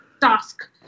task